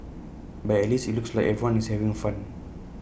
but at least IT looks like everyone is having fun